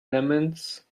lemons